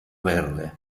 verde